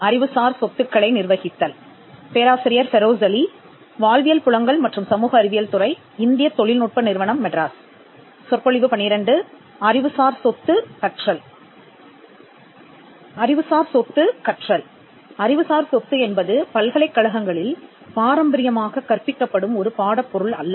அறிவுசார் சொத்து கற்றல் அறிவுசார் சொத்து என்பது பல்கலைக்கழகங்களில் பாரம்பரியமாக கற்பிக்கப்படும் ஒரு பாடப் பொருள் அல்ல